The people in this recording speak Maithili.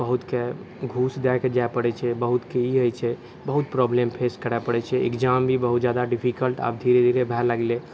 बहुतके घूस दऽ कऽ जाइ पड़ै छै बहुतके ई होइ छै बहुत प्रॉब्लम फेस करै पड़ै छै एक्जाम भी बहुत ज्यादा डिफिकल्ट आब धीरे धीरे भए लगले